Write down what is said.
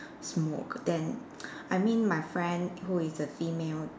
smoke then I mean my friend who is the female